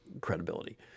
credibility